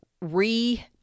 re